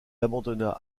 abandonna